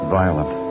violent